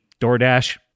DoorDash